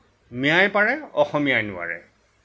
মিঞাই পাৰে অসমীয়াই নোৱাৰে